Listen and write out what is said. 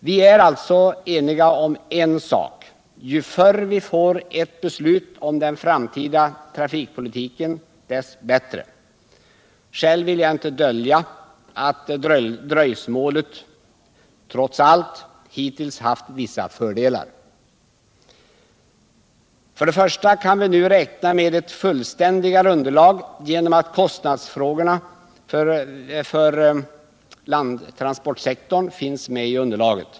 Vi är alltså eniga om en sak: Ju förr vi får ett beslut om den framtida trafikpolitiken, dess bättre. Själv vill jag inte dölja att dröjsmålet hittills trots allt haft vissa fördelar. Först och främst kan vi nu räkna med ett fullständigare underlag genom att kostnaderna när det gäller landtransportsektorn finns med i underlaget.